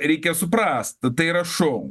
reikia suprast tai yra šou